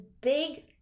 big